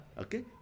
okay